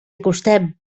acostem